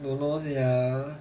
don't know ya